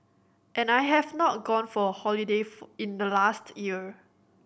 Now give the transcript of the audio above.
and I have not gone for a holiday in the last year